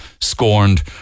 scorned